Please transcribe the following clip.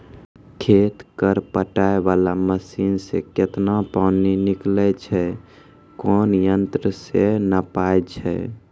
खेत कऽ पटाय वाला मसीन से केतना पानी निकलैय छै कोन यंत्र से नपाय छै